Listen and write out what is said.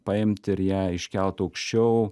paimt ir ją iškelt aukščiau